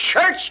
church